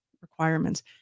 requirements